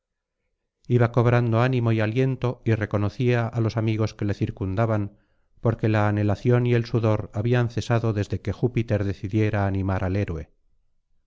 iba cobrando áninío y aliento y reconocía á los amigos que le circundaban porque la anhelación y el sudor habían cesado desde que júpiter decidiera animar al héroe el